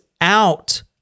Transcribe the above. out